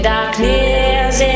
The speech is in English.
Darkness